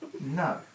No